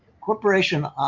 corporation